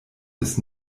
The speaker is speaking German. des